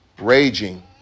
raging